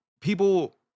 people